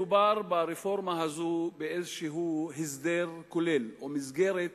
מדובר ברפורמה הזאת באיזשהו הסדר כולל או מסגרת